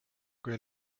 kui